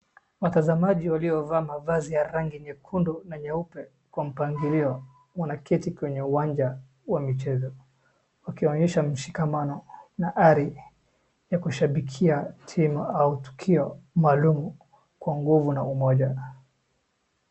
Watazamaji waliovaa mavazi ya rangi nyekundu na nyeupe kwa mpangilio wanaketi kwenye uwanja wa michezo, wakionyesha mshikamano na ari ya kushabikia timu au tukio maalum kwa nguvu na umoja.